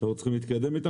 שאנחנו רוצים להתקדם איתם,